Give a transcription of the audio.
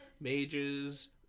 mages